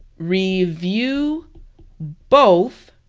review both